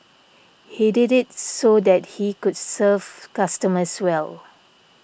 he did it so that he could serve customers well